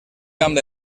camp